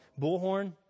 Bullhorn